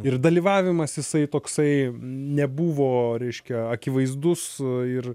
ir dalyvavimas jisai toksai nebuvo reiškia akivaizdus ir